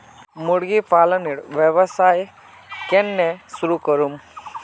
मुर्गी पालनेर व्यवसाय केन न शुरु करमु